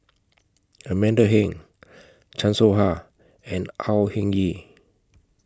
Amanda Heng Chan Soh Ha and Au Hing Yee